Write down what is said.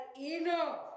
enough